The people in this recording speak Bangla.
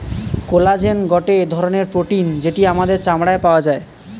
কোলাজেন গটে ধরণের প্রোটিন যেটি আমাদের চামড়ায় পাওয়া যায়